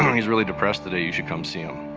he's really depressed today. you should come see him.